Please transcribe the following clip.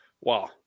Wow